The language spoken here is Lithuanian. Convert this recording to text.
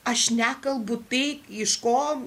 aš nekalbu tai iš ko